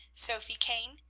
sophy kane,